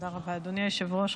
תודה רבה, אדוני היושב-ראש.